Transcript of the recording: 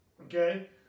Okay